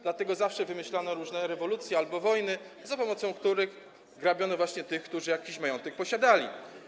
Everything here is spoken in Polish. Dlatego zawsze wymyślano różne rewolucje albo wojny, za pomocą których ograbiano właśnie tych, którzy jakiś majątek posiadali.